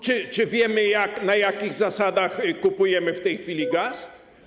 Czy wiemy, na jakich zasadach kupujemy w tej chwili gaz?